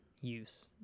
use